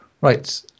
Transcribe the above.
Right